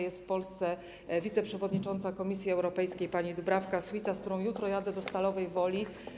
Jest w Polsce wiceprzewodnicząca Komisji Europejskiej pani Dubravka suica, z którą jutro jadę do Stalowej Woli.